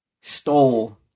stole